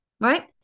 Right